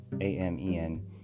A-M-E-N